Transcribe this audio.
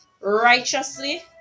righteously